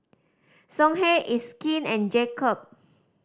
Songhe It's Skin and Jacob